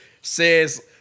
says